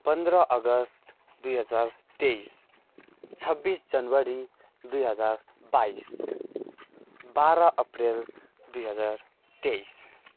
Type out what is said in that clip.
पन्ध्र अगस्ट दुई हजार तेइस छब्बिस जनवरी दुई हजार बाइस बाह्र अप्रेल दुई हजार तेइस